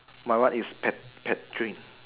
my one is pad~ paddling